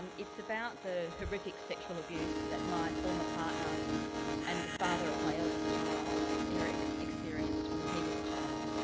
it's about the horrific sexual abuse that my former partner and the father of my eldest child, eric, experienced when he was a child.